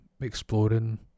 exploring